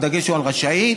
הדגש הוא על "רשאית"